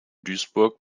duisburg